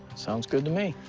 sounds good to me.